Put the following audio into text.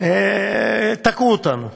תקעו אותנו.